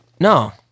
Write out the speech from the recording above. No